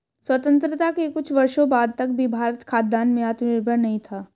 स्वतंत्रता के कुछ वर्षों बाद तक भी भारत खाद्यान्न में आत्मनिर्भर नहीं था